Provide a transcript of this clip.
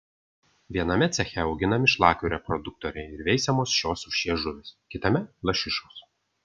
viename ceche auginami šlakių reproduktoriai ir veisiamos šios rūšies žuvys kitame lašišos